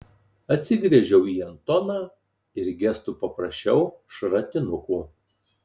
atsigręžiau į antoną ir gestu paprašiau šratinuko